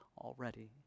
already